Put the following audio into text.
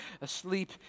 asleep